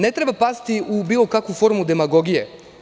Ne treba pasti u bilo kakvu formu demagogije.